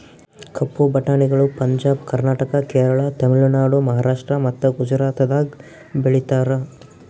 ಕಪ್ಪು ಬಟಾಣಿಗಳು ಪಂಜಾಬ್, ಕರ್ನಾಟಕ, ಕೇರಳ, ತಮಿಳುನಾಡು, ಮಹಾರಾಷ್ಟ್ರ ಮತ್ತ ಗುಜರಾತದಾಗ್ ಬೆಳೀತಾರ